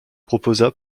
proposa